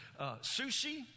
Sushi